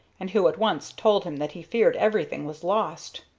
and who at once told him that he feared everything was lost.